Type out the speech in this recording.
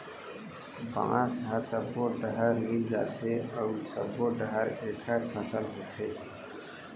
बांस ह सब्बो डहर मिल जाथे अउ सब्बो डहर एखर फसल होथे